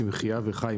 צמחייה וחי,